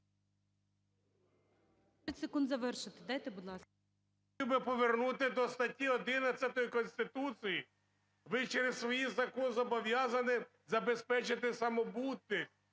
Треба повернути до статті 11 Конституції. Ви через свій закон зобов'язані забезпечити